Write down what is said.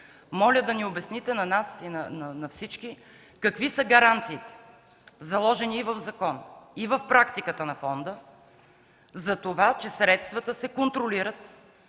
моля да обясните на нас и на всички какви са гаранциите, заложени в закона и в практиката на фонда, че средствата се контролират,